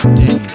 day